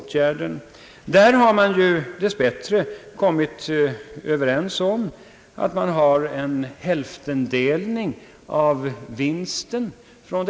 I fråga om detta projekt har man dess bättre kommit överens om hälftendelning av vinsten.